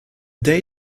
day